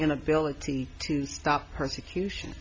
inability to stop persecution